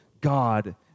God